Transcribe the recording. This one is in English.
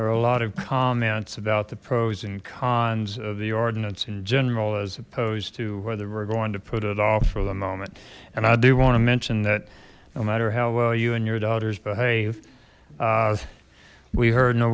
are a lot of comments about the pros and cons of the ordinance in general as opposed to whether we're going to put it off for the moment and i do want to mention that no matter how well you and your daughters behave we heard